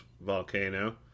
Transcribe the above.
volcano